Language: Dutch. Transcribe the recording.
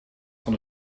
van